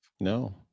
No